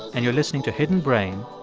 and you're listening to hidden brain.